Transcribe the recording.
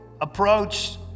approach